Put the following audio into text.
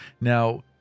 Now